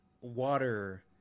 Water